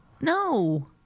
No